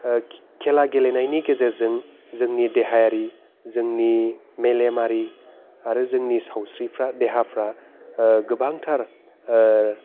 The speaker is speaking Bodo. खेला गेलेनायनि गेजेरजों जोंनि देहायारि जोंनि मेलेमारि आरो जोंनि सावस्रिफ्रा देहाफ्रा गोबांथार